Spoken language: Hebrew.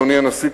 אדוני הנשיא,